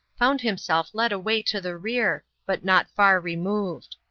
found himself led away to the rear, but not far removed.